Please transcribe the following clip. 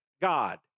God